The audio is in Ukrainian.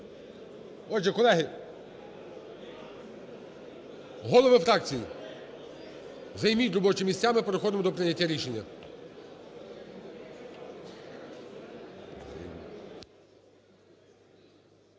Отже, колеги, голови фракцій, займіть робочі місця. Ми переходимо до прийняття рішення.